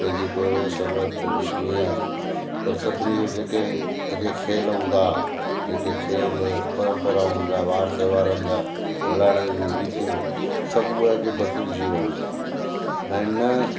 कंहिंजी परवरिश अलॻि कंहिंजी कीअं पर सभिनीनि जा जेके अॻे खेल हूंदा हुआ जेके खेल परंपरा हूंदा हुआ वार त्योहारनि जा मतिलबु हाणे उहे रीतियूं सभु उहे अॼु बदिलजी वियूं आहिनि ऐं न